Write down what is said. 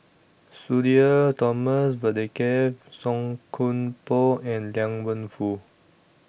Sudhir Thomas Vadaketh Song Koon Poh and Liang Wenfu